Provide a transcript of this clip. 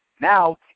Now